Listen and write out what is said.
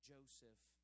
Joseph